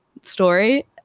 story